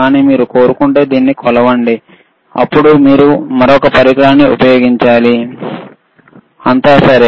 కానీ మీరు కొలవాలనుకుంటే అప్పుడు మీరు మరొక పరికరాన్ని ఉపయోగించాలి అంతా సరే